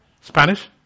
Spanish